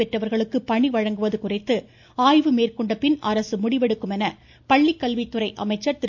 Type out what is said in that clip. பெற்றவர்களுக்கு பணி வழங்குவது குறித்து ஆய்வு மேற்கொண்ட பின் அரசு முடிவெடுக்கும் என பள்ளிக்கல்வித்துறை அமைச்சர் திரு